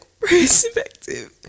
Perspective